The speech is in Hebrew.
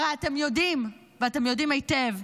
הרי אתם יודעים, ואתם יודעים היטב,